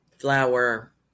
flour